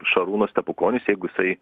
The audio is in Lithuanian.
šarūnas stepukonis jeigu jisai